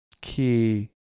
key